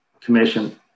commission